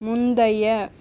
முந்தைய